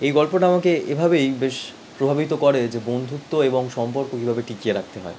এই গল্পটা আমাকে এভাবেই বেশ প্রভাবিত করে যে বন্ধুত্ব এবং সম্পর্ক কীভাবে টিকিয়ে রাখতে হয়